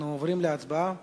אנחנו עוברים להצבעה.